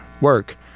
work